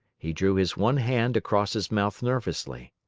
he drew his one hand across his mouth nervously.